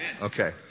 Okay